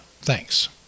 Thanks